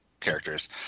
characters